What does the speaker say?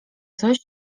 coś